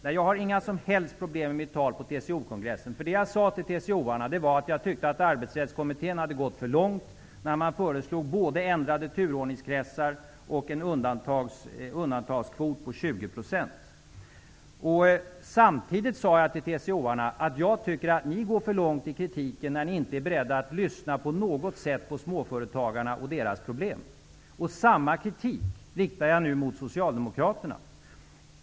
Nej, jag har inga som helst problem med mitt tal på TCO-kongressen, för det jag sade till TCO:arna var att jag tyckte att arbetsrättskommittén hade gått för långt när den föreslog både ändrade turordningskretsar och en undantagskvot på 20 procent. Samtidigt sade jag till TCO:arna att jag tycker att de går för långt i kritiken när de inte är beredda att på något sätt lyssna på småföretagarna och deras problem. Samma kritik riktar jag nu mot Socialdemokraterna.